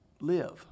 Live